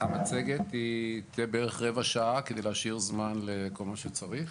המצגת היא תהיה בערך רבע שעה כדי להשאיר זמן לכל מה שצריך,